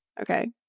Okay